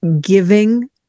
giving